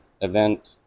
event